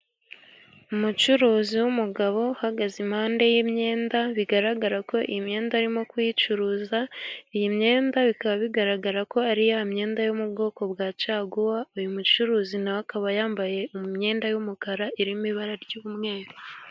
Umucuruzi w'umugabo uhagaze impande y'imyenda, bigaragara ko iyi myenda arimo kuyicuruza, iyi myenda bikaba bigaragara ko ari ya myenda yo mu bwoko bwa caguwa, uyu mucuruzi nawe akaba yambaye imyenda y'umukara irimo ibara ry'umweru.